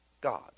God